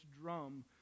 drum